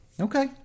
Okay